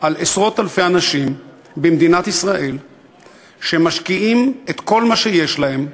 על עשרות-אלפי אנשים במדינת ישראל שמשקיעים את כל מה שיש להם,